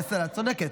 בסדר, את צודקת.